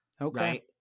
Okay